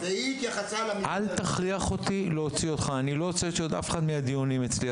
אני עוד לא הוצאתי אף אחד מהדיונים אצלי,